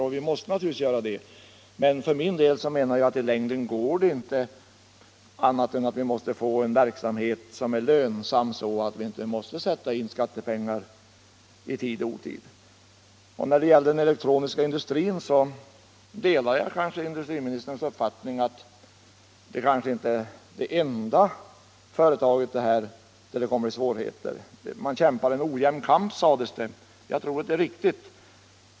Det måste man naturligtvis göra, men för min del menar jag att i längden går det inte på annat sätt än att vi får en verksamhet som är lönsam så att vi inte behöver sätta in skattepengar i tid och otid. Beträffande den elektroniska industrin delar jag industriminsterns uppfattning att ifrågavarande företag inte är det enda som kommer i svårigheter. Man kämpar en ojämn kamp, sades det. Jag tror det är riktigt.